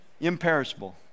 imperishable